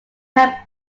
have